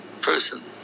person